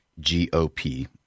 GOP